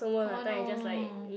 oh no